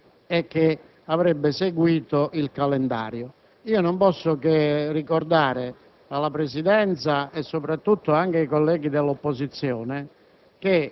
e che avrebbe seguito il calendario. Io non posso che ricordare alla Presidenza e soprattutto ai colleghi dell'opposizione